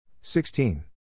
Sixteen